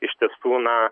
iš tiesų na